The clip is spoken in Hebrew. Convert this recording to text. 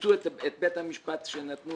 שיפצו את המבנה שנתנו